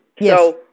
Yes